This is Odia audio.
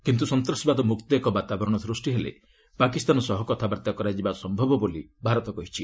କିନ୍ତୁ ସନ୍ତାସବାଦ ମ୍ରକ୍ତ ଏକ ବାତାବରଣ ସୃଷ୍ଟି ହେଲେ ପାକିସ୍ତାନ ସହ କଥାବାର୍ତ୍ତା କରାଯିବା ସମ୍ଭବ ବୋଲି ଭାରତ କହିଛି